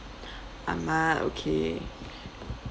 ahmad okay